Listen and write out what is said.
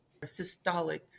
systolic